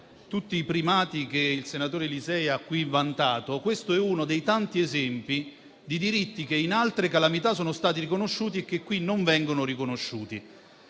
tutti i primati che il senatore Lisei ha qui vantato, questo è uno dei tanti esempi di diritti che in occasione di altre calamità sono stati riconosciuti, ma che qui non vengono riconosciuti.